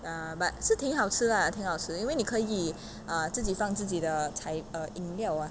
ya but 是挺好吃啊挺好吃因为你可以 uh 自己放自己的材 uh 饮 liao ah